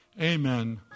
Amen